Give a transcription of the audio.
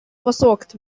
versorgt